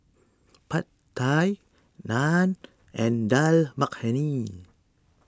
Pad Thai Naan and Dal Makhani